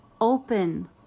open